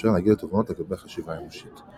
המאפשר להגיע לתובנות לגבי החשיבה האנושית.